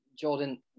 Jordan